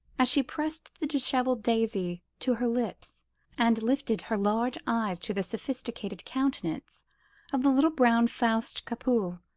as she pressed the dishevelled daisy to her lips and lifted her large eyes to the sophisticated countenance of the little brown faust-capoul,